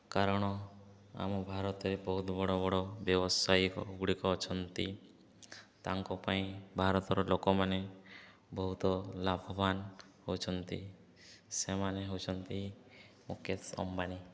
କାରଣ ଆମ ଭାରତରେ ବହୁତ ବଡ଼ ବଡ଼ ବ୍ୟବସାୟୀଗୁଡ଼ିକ ଅଛନ୍ତି ତାଙ୍କ ପାଇଁ ଭାରତର ଲୋକମାନେ ବହୁତ ଲାଭବାନ ହେଉଛନ୍ତି ସେମାନେ ହେଉଛନ୍ତି ମୁକେଶ ଅମ୍ବାନୀ